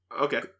Okay